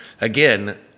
again